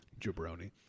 Jabroni